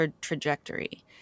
trajectory